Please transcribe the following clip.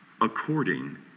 according